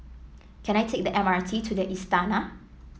can I take the M R T to the Istana